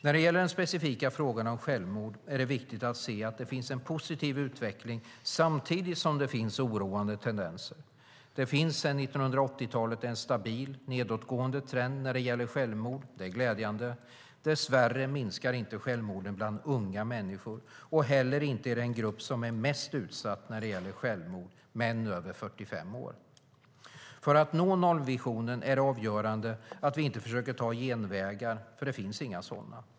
När det gäller den specifika frågan om självmord är det viktigt att se att det finns en positiv utveckling samtidigt som det finns oroande tendenser. Det finns sedan 1980-talet en stabil nedåtgående trend när det gäller självmord - det är glädjande. Dess värre minskar inte självmorden bland unga människor och inte heller i den grupp som är mest utsatt när det gäller självmord: män över 45 år. För att nå nollvisionen är det avgörande att vi inte försöker ta genvägar, för det finns inga sådana.